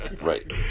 Right